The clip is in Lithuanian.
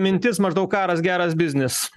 mintis maždaug karas geras biznis